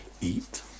eat